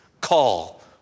call